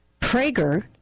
Prager